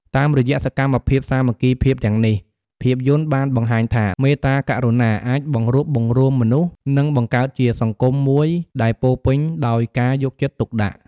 តាមរយៈសកម្មភាពសាមគ្គីភាពទាំងនេះ ភាពយន្តបានបង្ហាញថា មេត្តាករុណាអាចបង្រួបបង្រួមមនុស្ស និងបង្កើតជាសង្គមមួយដែលពោរពេញដោយការយកចិត្តទុកដាក់។